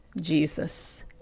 Jesus